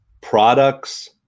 products